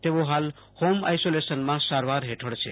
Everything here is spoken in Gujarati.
તેઓ હાલ હોમ આઇસોલેશનમાં સારવાર હેઠળ છે